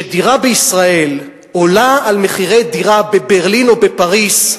וכשדירה בישראל עולה יותר מדירה בברלין או בפריס,